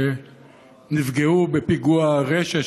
שנפגעו בפיגוע הרשע,